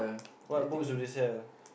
what books do they sell